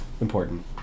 important